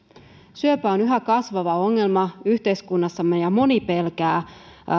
syöpä on yhä kasvava ongelma yhteiskunnassamme ja moni pelkää